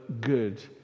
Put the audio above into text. good